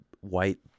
white